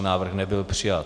Návrh nebyl přijat